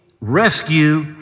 rescue